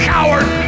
Coward